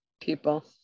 People